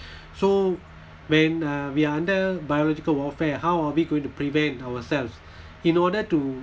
so when uh we are under biological warfare how are we going to prevent ourselves in order to